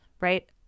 right